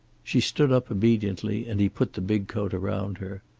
she stood up obediently and he put the big coat around her.